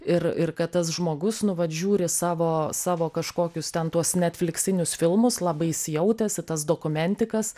ir ir kad tas žmogus nu vat žiūri savo savo kažkokius ten tuos netfliksinius filmus labai įsijautęs į tas dokumentikas